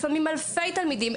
לפעמים אלפי תלמידים.